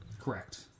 Correct